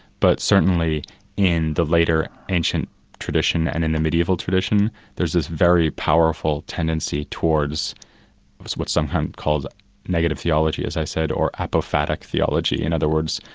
but certainly in the later, ancient tradition and the mediaeval tradition, there's this very powerful tendency towards what's what's sometimes called negative theology, as i said, or apophatic theology. in other words,